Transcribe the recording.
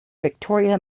victoria